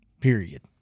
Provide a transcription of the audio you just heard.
Period